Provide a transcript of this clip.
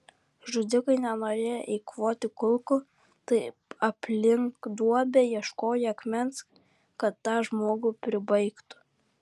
žudikai nenorėjo eikvoti kulkų tai aplink duobę ieškojo akmens kad tą žmogų pribaigtų